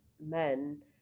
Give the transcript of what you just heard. men